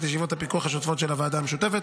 ישיבות הפיקוח השוטפות של הוועדה המשותפת.